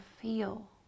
feel